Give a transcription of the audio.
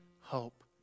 hope